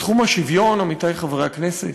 בתחום השוויון, עמיתי חברי הכנסת,